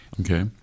Okay